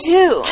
Two